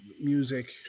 music